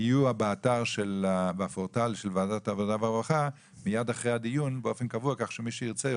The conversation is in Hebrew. יהיו בפורטל של ועדת עבודה ורווחה כך שמי שירצה,